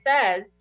says